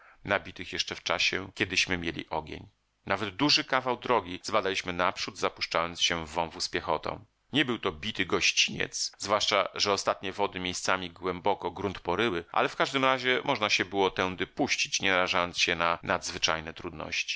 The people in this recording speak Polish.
akumulatorów nabitych jeszcze w czasie kiedyśmy mieli ogień nawet duży kawał drogi zbadaliśmy naprzód zapuszczając się w wąwóz piechotą nie był to bity gościniec zwłaszcza że ostatnie wody miejscami głęboko grunt poryły ale w każdym razie można się było tędy puścić nie narażając się na nadzwyczajne trudności